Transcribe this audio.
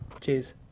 Cheers